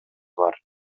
бар